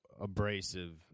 abrasive